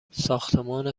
ساختمان